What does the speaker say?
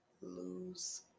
lose